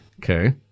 Okay